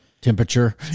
Temperature